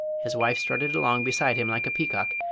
his wife strutted along beside him like a peacock,